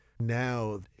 Now